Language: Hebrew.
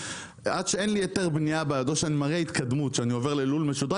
עד שאין לי היתר בנייה בעדו שאני מראה התקדמות שאני עובר ללול משודרג,